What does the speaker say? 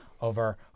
over